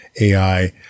AI